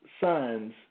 signs